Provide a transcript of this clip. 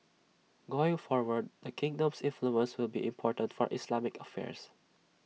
going forward the kingdom's influence will be important for Islamic affairs